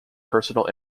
personal